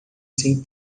sem